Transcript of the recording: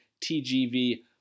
TGV